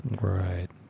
Right